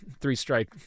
three-strike